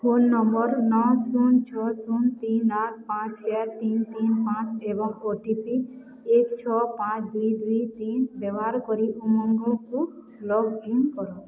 phone number ନଅ ଶୂନ ଛଅ ଶୂନ ତିନ ଆଠ ପାଞ୍ଚ ଚାର ତିନ ତିନ ପାଞ୍ଚ ଏବଂ ଓ ଟି ପି ଏକ ଛଅ ପାଞ୍ଚ ଦୁଇ ଦୁଇ ତିନ ବ୍ୟବହାର କରି ଉମଙ୍ଗକୁ ଲଗ୍ଇନ୍ କର